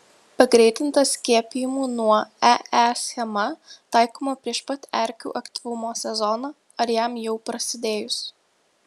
pagreitinta skiepijimų nuo ee schema taikoma prieš pat erkių aktyvumo sezoną ar jam jau prasidėjus